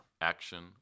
Action